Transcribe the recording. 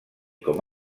com